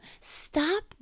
stop